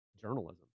journalism